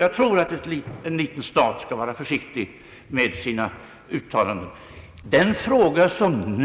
Jag tror att en liten stat skall vara försiktig med sina uttalanden. Den fråga som